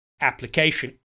application